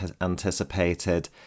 anticipated